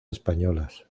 españolas